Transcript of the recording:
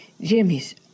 Jimmy's